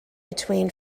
between